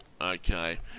Okay